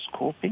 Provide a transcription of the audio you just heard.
scoping